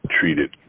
treated